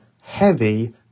heavy